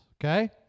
okay